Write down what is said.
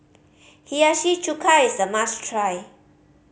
Hiyashi Chuka is a must try